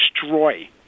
destroy